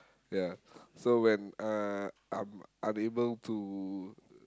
ya so when uh I'm unable to